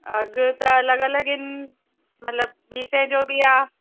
अघि त अलॻि अलॻि आहिनि मतिलबु ॿी सै जो बि आहे